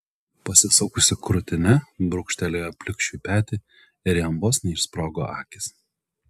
pasisukusi krūtine brūkštelėjo plikšiui petį ir jam vos neišsprogo akys